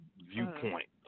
viewpoint